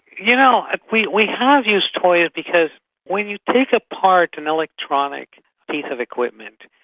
you know ah we we have used toys, because when you take apart an electronic piece of equipment,